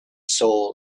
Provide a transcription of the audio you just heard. soul